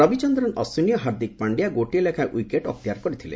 ରବିଚନ୍ଦ୍ରନ ଅଶ୍ୱିନୀ ଓ ହାର୍ଦ୍ଦିକ ପାର୍ତ୍ଧିଆ ଗୋଟିଏ ଲେଖାଏଁ ଉଇକେଟ ଅକ୍ତିଆର କରିଥିଲେ